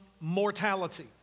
mortality